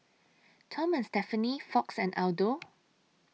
Tom and Stephanie Fox and Aldo